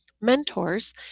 mentors